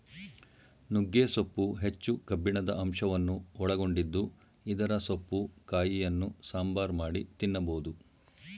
ನುಗ್ಗೆ ಸೊಪ್ಪು ಹೆಚ್ಚು ಕಬ್ಬಿಣದ ಅಂಶವನ್ನು ಒಳಗೊಂಡಿದ್ದು ಇದರ ಸೊಪ್ಪು ಕಾಯಿಯನ್ನು ಸಾಂಬಾರ್ ಮಾಡಿ ತಿನ್ನಬೋದು